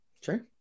Sure